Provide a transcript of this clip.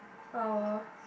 oh